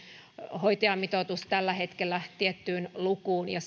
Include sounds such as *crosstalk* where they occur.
hoitajamitoitus tällä hetkellä tietty luku ja *unintelligible*